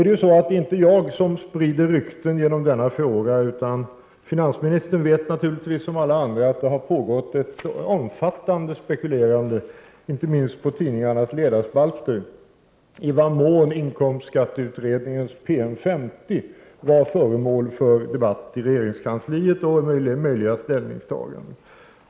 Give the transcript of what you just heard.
Det är inte jag som sprider rykten genom denna fråga, utan finansministern vet naturligtvis som alla andra att det har pågått ett omfattande spekulerande, inte minst på tidningarnas ledarspalter, i vad mån inkomstskatteutredningens PM 50 var föremål för debatt i regeringskansliet och möjliga ställningstaganden.